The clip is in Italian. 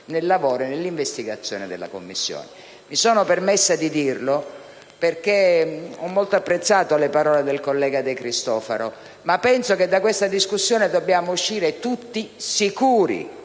Mi sono permessa di dirlo in quanto ho molto apprezzato le parole del collega De Cristofaro, ma penso che da questa discussione dobbiamo uscire tutti sicuri,